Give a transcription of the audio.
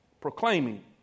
proclaiming